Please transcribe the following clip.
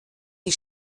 die